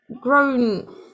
grown